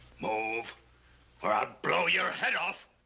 move or i'll blow your head off!